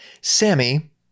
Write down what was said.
Sammy